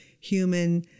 human